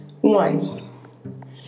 One